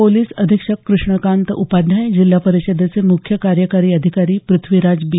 police अधिक्षक कृष्णकांत उपाध्याय जिल्हा परिषदेचे मुख्य कार्यकारी अधिकारी पृथ्वीराज बी